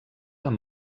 amb